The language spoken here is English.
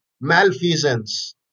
malfeasance